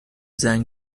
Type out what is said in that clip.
زنگ